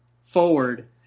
forward